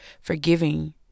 forgiving